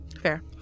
Fair